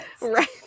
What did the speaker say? Right